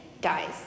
dies